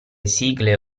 sigle